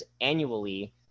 annually